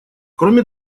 кроме